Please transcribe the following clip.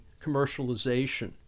commercialization